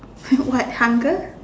what hunger